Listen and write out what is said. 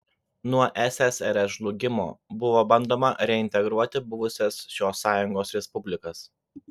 nuo ssrs žlugimo buvo bandoma reintegruoti buvusias šios sąjungos respublikas